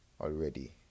already